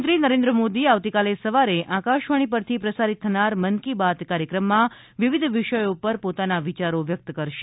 પ્રધાનમંત્રી નરેન્દ્ર મોદી આ વતીકાલે સવારે આકાશવાણી પરથી પ્રસારિત થનાર મન કી બાત કાર્યક્રમમાં વિવિધ વિષયો ઉપર પોતાના વિચારો વ્યક્ત કરશે